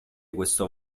questo